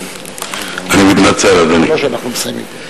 אני מתנצל, אדוני.